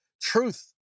truth